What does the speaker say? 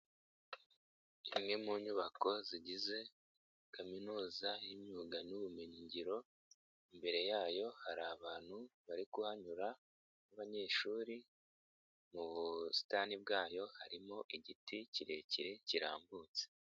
Imwe mu nyubako zigize kaminuza y'imyuga n'ubumenyingiro, imbere yayo hari abantu bari kuhanyura babanyeshuri mu busitani bwayo harimo igiti kirekire kirambutse.